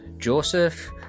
Joseph